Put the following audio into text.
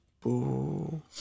Boo